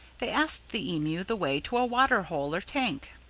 they asked the emu the way to a waterhole or tank.